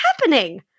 happening